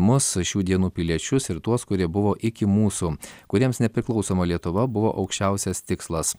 mus šių dienų piliečius ir tuos kurie buvo iki mūsų kuriems nepriklausoma lietuva buvo aukščiausias tikslas